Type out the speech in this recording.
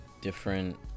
different